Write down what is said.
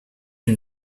une